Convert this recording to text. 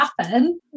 happen